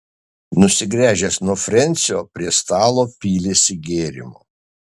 nusigręžęs nuo frensio prie stalo pylėsi gėrimo